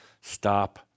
stop